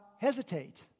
hesitate